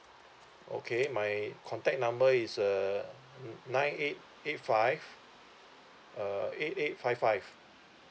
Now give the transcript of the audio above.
okay my contact number is uh nine eight eight five uh eight eight five five